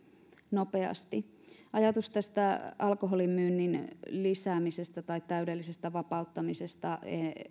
nopeasti ajatus tästä alkoholinmyynnin lisäämisestä tai täydellisestä vapauttamisesta